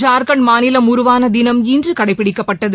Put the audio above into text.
ஜார்க்கண்ட் மாநிலம் உருவான தினம் இன்று கடைப்பிடிக்கப்பட்டது